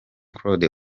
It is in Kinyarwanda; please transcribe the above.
claude